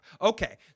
Okay